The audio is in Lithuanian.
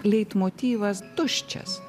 leitmotyvas tuščias